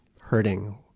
hurting